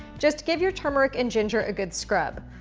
just give your turmeric and ginger a good scrub.